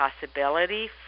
possibility